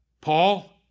Paul